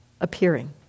appearing